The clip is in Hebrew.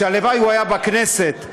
שהלוואי שהוא היה בכנסת,